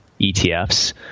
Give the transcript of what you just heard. ETFs